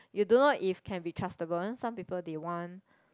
you don't know if can be trustable some people they want